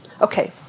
Okay